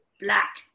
black